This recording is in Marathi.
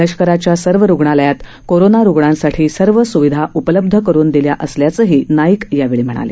लष्कराच्या सर्व रुग्णालयात कोरोना रुग्णांसाठी सर्व सुविधा उपलब्ध करुन दिल्या असल्याचंही नाईक यांनी सांगितलं